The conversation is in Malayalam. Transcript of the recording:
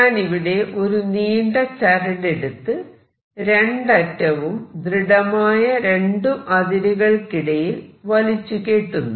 ഞാനിവിടെ ഒരു നീണ്ട ചരട് എടുത്ത് രണ്ടറ്റവും ദൃഢമായ രണ്ട് അതിരുകൾക്കിടയിൽ വലിച്ച് കെട്ടുന്നു